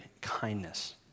kindness